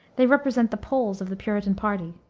they represent the poles of the puritan party.